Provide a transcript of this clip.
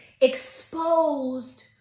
exposed